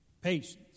patience